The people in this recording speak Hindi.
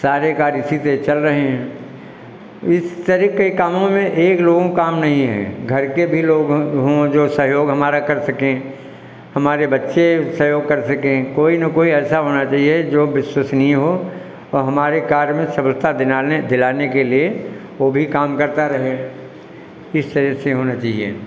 सारे कार्य इसी से चल रहे हैं इस तरह के कामों में एक लोगों काम नहीं हैं घर के भी लोग हों जो सहयोग हमारा कर सकें हमारे बच्चे सहयोग कर सकें कोई न कोई ऐसा होना चाहिए जो विश्वसनीय हो और हमारे कार्य में सफलता दिलाने दिलाने के लिए वो भी काम करता रहे इस तरह से होना चाहिए